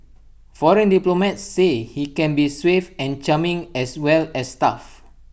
foreign diplomats say he can be suave and charming as well as tough